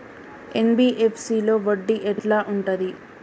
NBFC లో వడ్డీ ఎట్లా ఉంటది?